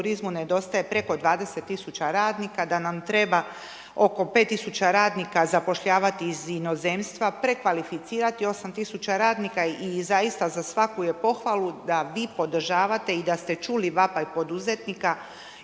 da nam treba oko 5 tisuća radnika zapošljavati iz inozemstva, prekvalificirati 8 tisuća i zaista za svaku je pohvalu da vi podržavate i da ste čuli vapaj poduzetnika